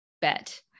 bet